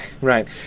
Right